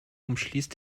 umschließt